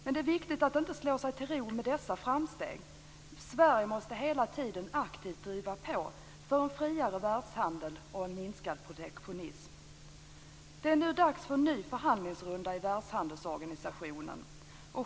Men det är viktigt att inte slå sig till ro med dessa framsteg. Sverige måste hela tiden aktivt driva på för en friare världshandel och minskad protektionism. Det är nu dags för en ny förhandlingsrunda i Världshandelsorganisationen.